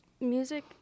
music